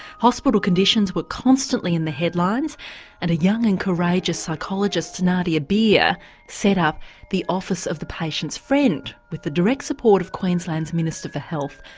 hospital conditions were constantly in the headlines and a young and courageous psychologist nadia beer set up the office of the patient's friend, with the direct support of the queensland's minister for health,